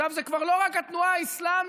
עכשיו זה כבר לא רק התנועה האסלאמית,